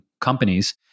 companies